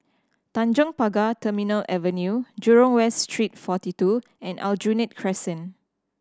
Tanjong Pagar Terminal Avenue Jurong West Street Forty Two and Aljunied Crescent